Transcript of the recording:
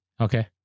Okay